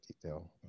detail